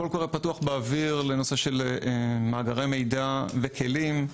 קול קורא פתוח באוויר לנושא של מאגרי מידע וכלים.